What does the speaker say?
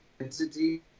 identity